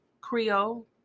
Creole